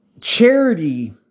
Charity